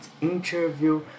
interview